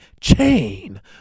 chain